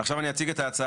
עכשיו אני אציג את ההצעה.